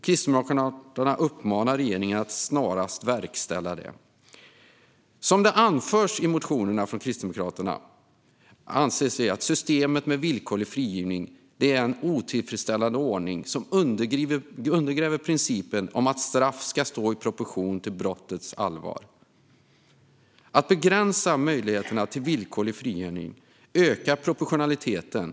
Kristdemokraterna uppmanar regeringen att snarast verkställa det. I motionerna från Kristdemokraterna anförs det att systemet med villkorlig frigivning är en otillfredsställande ordning som undergräver principen om att straff ska stå i proportion till brottets allvar. Att begränsa möjligheterna till villkorlig frigivning ökar proportionaliteten.